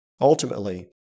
Ultimately